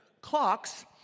Clocks